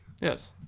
Yes